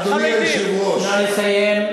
אדוני היושב-ראש, נא לסיים.